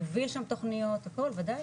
מוביל שם תוכניות הכול וודאי.